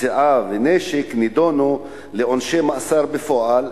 פציעה ונשק נידונו לעונשי מאסר בפועל,